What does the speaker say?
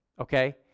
okay